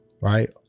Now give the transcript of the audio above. right